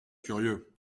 curieux